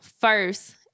first